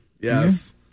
Yes